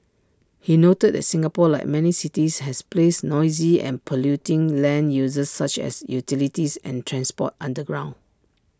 he noted that Singapore like many cities has placed noisy and polluting land uses such as utilities and transport underground